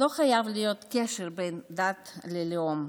לא חייב להיות קשר בין דת ללאום.